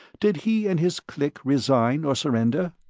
did he and his clique resign or surrender?